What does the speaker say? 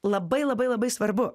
labai labai labai svarbu